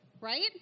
right